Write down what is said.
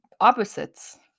opposites